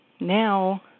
Now